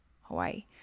Hawaii